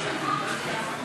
ולצמצום פערים חברתיים (מס הכנסה שלילי)